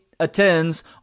Attends